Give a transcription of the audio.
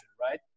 right